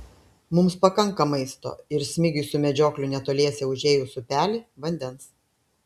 mums pakanka maisto ir smigiui su medžiokliu netoliese užėjus upelį vandens